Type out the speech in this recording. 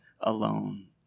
alone